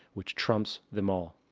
which trumps them all.